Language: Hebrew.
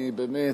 אני באמת,